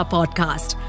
Podcast